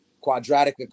quadratic